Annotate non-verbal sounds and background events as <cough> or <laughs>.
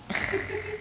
<laughs>